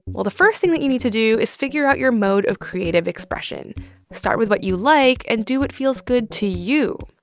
well, the first thing that you need to do is figure out your mode of creative expression. start with what you like and do what feels good to you.